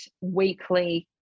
weekly